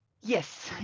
Yes